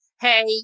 hey